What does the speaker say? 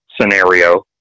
scenario